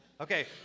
Okay